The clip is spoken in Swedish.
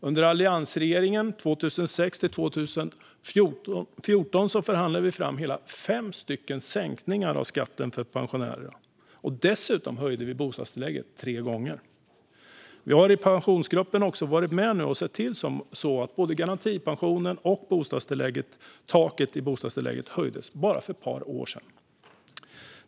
Under alliansregeringarna 2006-2014 förhandlade vi fram hela fem sänkningar av skatten för pensionärer, och dessutom höjde vi bostadstillägget tre gånger. Vi har i Pensionsgruppen också varit med och sett till att garantipensionen och taket i bostadstillägget höjdes för bara ett par år sedan.